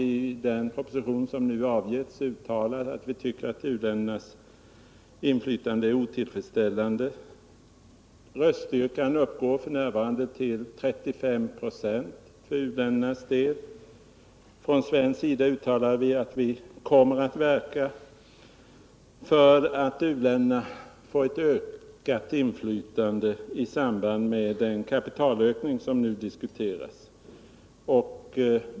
I den proposition som nu har avgivits uttalas att u-ländernas inflytande är otillräckligt. Röststyrkan uppgår f. n. till 35 96 för uländernas del. Från svensk sida uttalar vi att vi kommer att verka för att uländerna får ett ökat inflytande i samband med den kapitalökning som nu diskuteras.